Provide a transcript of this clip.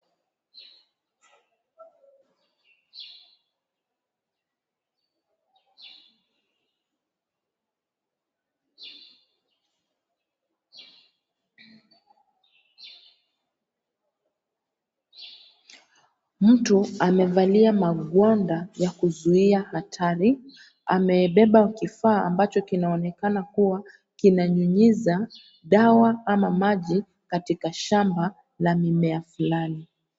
Mtu amevalia magwanda ya kuzuia hatari. Amebeba kifaa ambacho kinaonekana kuwa kinanyunyiza dawa ama maji katika shamba la mimea fulani.